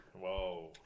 Whoa